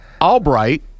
Albright